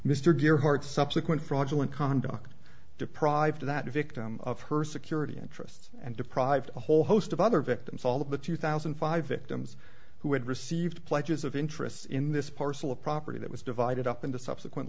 mr gearhart subsequent fraudulent conduct deprived of that victim of her security interests and deprived a whole host of other victims all of the two thousand and five victims who had received pledges of interests in this parcel of property that was divided up into subsequent